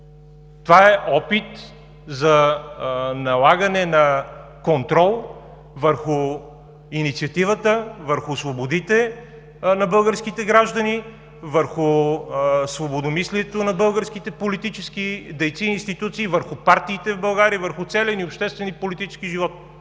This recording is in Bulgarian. Това е опит за налагане на контрол върху инициативата, върху свободите на българските граждани, върху свободомислието на българските политически дейци и институции, върху партиите в България и върху целия ни обществен и политически живот